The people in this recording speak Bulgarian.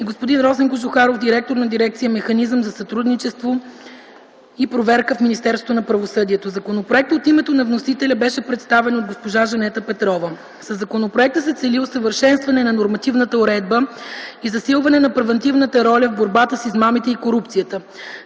и господин Росен Кожухаров – директор на дирекция „Механизъм за сътрудничество и проверка” в Министерството на правосъдието. Законопроектът от името на вносителя беше представен от госпожа Жанета Петрова. Със законопроекта се цели усъвършенстване на нормативната уредба и засилване на превантивната роля в борбата с измамите и корупцията.